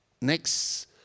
Next